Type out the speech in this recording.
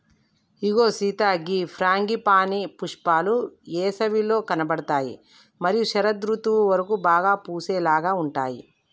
ఇగో సీత గీ ఫ్రాంగిపానీ పుష్పాలు ఏసవిలో కనబడుతాయి మరియు శరదృతువు వరకు బాగా పూసేలాగా ఉంటాయి